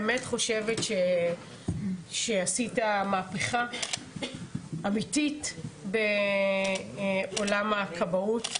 אני באמת חושבת שעשית מהפיכה אמיתית בעולם הכבאות.